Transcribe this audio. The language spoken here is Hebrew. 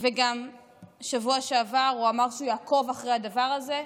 וגם בשבוע שעבר הוא אמר שהוא יעקוב אחרי הדבר הזה.